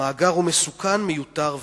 המאגר הוא מסוכן, מיותר ויקר.